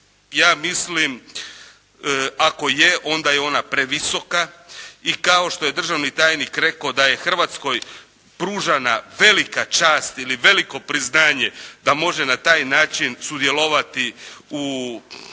ja mislim, ako je, onda je ona previsoka. I kao što je državni tajnik rekao da je Hrvatskoj pružana velika čast, ili veliko priznanje da može na taj način sudjelovati u svojim